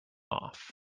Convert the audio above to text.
off